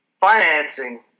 financing